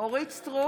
אורית מלכה סטרוק,